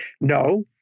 No